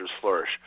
flourish